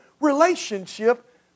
relationship